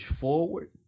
forward